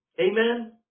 Amen